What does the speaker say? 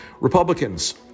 Republicans